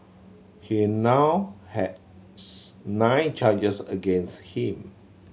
he now has nine charges against him